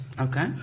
Okay